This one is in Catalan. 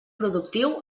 productiu